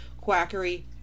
quackery